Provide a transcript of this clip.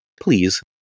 please